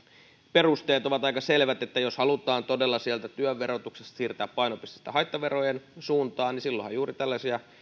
perusteet ovat aika selvät että jos halutaan todella sieltä työn verotuksesta siirtää painopistettä haittaverojen suuntaan niin silloinhan juuri tällaisia